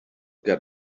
get